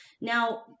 Now